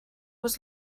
was